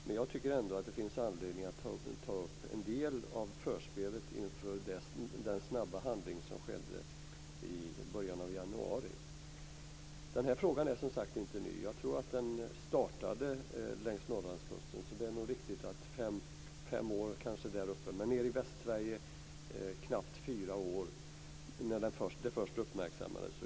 Men jag tycker ändå att det finns anledning att ta upp en del av förspelet inför det snabba agerande som skedde i början av januari. Den här frågan är som sagt inte ny. Jag tror att detta missbruk startade längs Norrlandskusten. Det är nog riktigt att det pågått fem år där uppe. Men nere i Västsverige är det knappt fyra år sedan det först uppmärksammades.